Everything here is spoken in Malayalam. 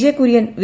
J Kurien V